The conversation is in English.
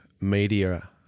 media